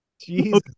Jesus